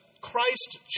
Christ